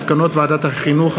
מסקנות ועדת החינוך,